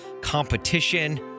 competition